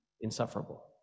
insufferable